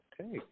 Okay